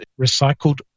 recycled